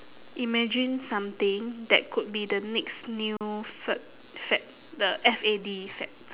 imagine something that could be the next new f~ fad the F A D fad